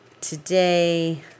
today